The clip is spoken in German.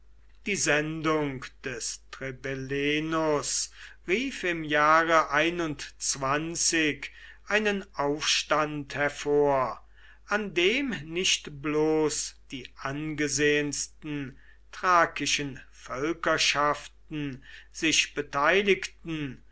die sendung des trebellenus rief im jahre einen aufstand hervor an dem nicht bloß die angesehensten thrakischen völkerschaften sich beteiligten